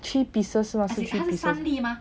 three pieces